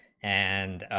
and